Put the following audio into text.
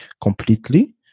completely